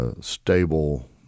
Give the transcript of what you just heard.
stable